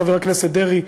חבר הכנסת דרעי,